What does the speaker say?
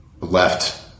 left